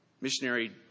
missionary